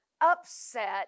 upset